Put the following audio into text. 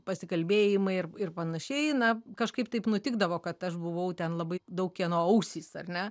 pasikalbėjimai ir ir panašiai na kažkaip taip nutikdavo kad aš buvau ten labai daug kieno ausys ar ne